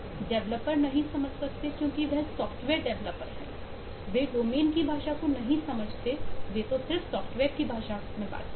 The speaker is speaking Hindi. डेवलपर नहीं समझ सकते क्योंकि वह सॉफ्टवेयर डेवलपर हैं वे डोमेन की भाषा को नहीं समझते वे सॉफ्टवेयर की भाषा में बात करते हैं